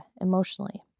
emotionally